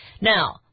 Now